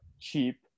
cheap